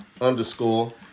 underscore